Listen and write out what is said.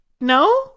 No